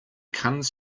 comes